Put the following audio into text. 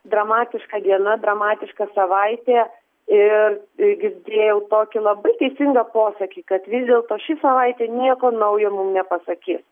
dramatiška diena dramatiška savaitė ir girdėjau tokį labai teisingą posakį kad vis dėlto ši savaitė nieko naujo mum nepasakys